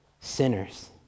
sinners